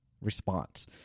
response